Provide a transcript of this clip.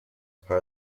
part